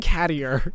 cattier